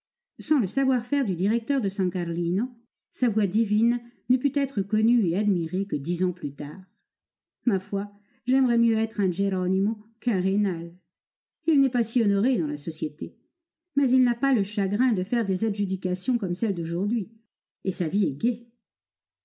sans le savoir-faire du directeur de san carlino sa voix divine n'eût peut-être été connue et admirée que dix ans plus tard ma foi j'aimerais mieux être un geronimo qu'un rênal il n'est pas si honoré dans la société mais il n'a pas le chagrin de faire des adjudications comme celle d'aujourd'hui et sa vie est gaie